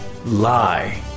lie